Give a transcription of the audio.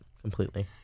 Completely